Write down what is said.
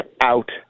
out